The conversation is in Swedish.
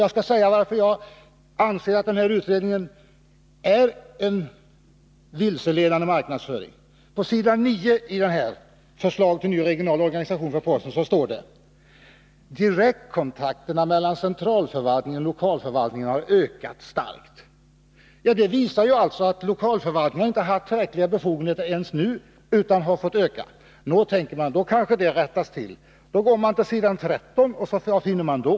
Jag skall säga varför jag anser att den här utredningen innebär en vilseledande marknadsföring. På s. 9 i Förslag till ny regional organisation för Posten står att direktkontakterna mellan centralförvaltningen och lokalförvaltningen har ökat starkt. Detta visar att lokalförvaltningarna inte har haft tillräckliga befogenheter, utan dessa har fått söka tillstånd hos centralförvaltningen för erforderliga beslut. Nå, tänker man, då kanske detta rättas till. Går man sedan till s. 13, vad finner man då?